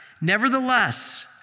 Nevertheless